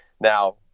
Now